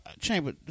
Chamber